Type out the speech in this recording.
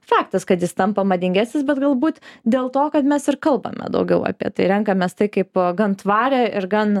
faktas kad jis tampa madingesnis bet galbūt dėl to kad mes ir kalbame daugiau apie tai renkamės tai kaip gan tvarią ir gan